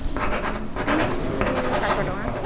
ଉଁ ପିସ୍ ସାତଟଙ୍କା